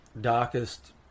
darkest